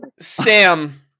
sam